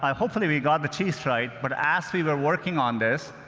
hopefully we got the cheese right, but as we were working on this,